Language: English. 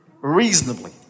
Reasonably